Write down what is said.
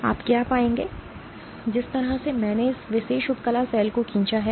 आप क्या पाएंगे जिस तरह से मैंने इस विशेष उपकला सेल को खींचा है